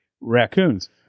raccoons